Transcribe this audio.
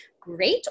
great